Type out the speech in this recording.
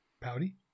Pouty